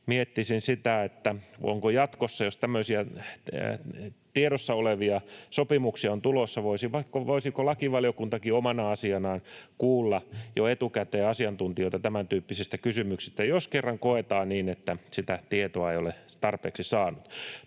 miettisin sitä, voisiko jatkossa, jos tämmöisiä tiedossa olevia sopimuksia on tulossa, lakivaliokuntakin omana asianaan kuulla jo etukäteen asiantuntijoita tämäntyyppisistä kysymyksistä, jos kerran koetaan niin, että sitä tietoa ei ole tarpeeksi saatu.